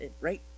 right